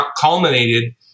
culminated